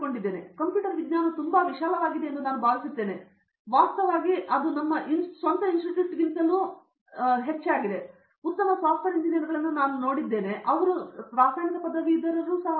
ಕಾಮಕೋಟಿಯವರು computer ವಿಜ್ಞಾನವು ತುಂಬಾ ವಿಶಾಲವಾಗಿದೆ ಎಂದು ನಾನು ಭಾವಿಸುತ್ತೇನೆ ವಾಸ್ತವವಾಗಿ ಅವರು ನಮ್ಮ ಸ್ವಂತ ಇನ್ಸ್ಟಿಟ್ಯೂಟ್ನಿಂದಲೂ ಉತ್ತಮ ಸಾಫ್ಟ್ವೇರ್ ಎಂಜಿನಿಯರ್ಗಳನ್ನು ನಾನು ನೋಡಿದ್ದೇನೆ ಅವರು ರಾಸಾಯನಿಕ ಪದವೀಧರರಾಗಿದ್ದಾರೆ